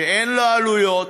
שאין לו עלויות,